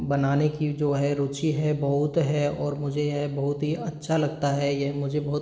बनाने की जो है रूचि है बहुत है और मुझे यह बहुत ही अच्छा लगता है यह मुझे बहुत